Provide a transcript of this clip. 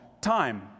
time